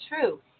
true